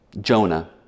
Jonah